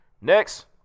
Next